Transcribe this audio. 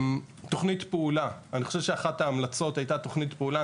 אחת ההמלצות הייתה תוכנית פעולה,